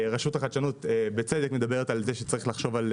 רשות החדשנות בצדק מדברת על זה שצריך לחשוב על